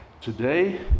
Today